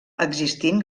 existint